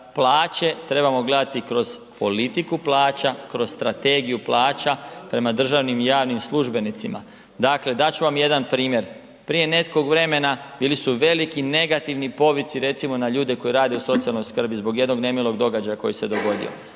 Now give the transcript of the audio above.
plaće trebamo gledati kroz politiku plaća, kroz strategiju plaća prema državnim i javnim službenicima. Dakle, dat ću vam jedan primjer prije nekog vremena bili su veliki negativni povici recimo na ljude koji rade u socijalnoj skrbi zbog jednog nemilog događaja koji se dogodio,